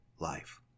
life